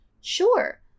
Sure